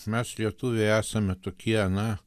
mes lietuviai esame tokie na